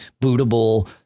bootable